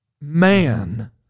man